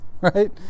right